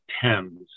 Thames